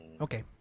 Okay